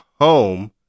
home